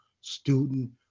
student